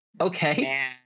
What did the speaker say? okay